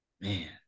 Man